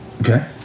Okay